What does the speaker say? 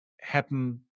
happen